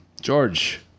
George